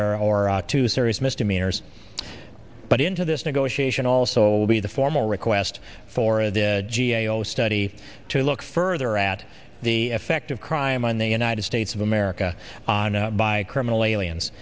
or or to serious misdemeanors but into this negotiation also be the formal request for the g a o study to look further at the effect of crime on the united states of america on a by criminal aliens